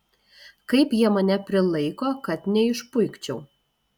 kaip jie mane prilaiko kad neišpuikčiau